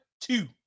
two